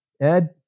Ed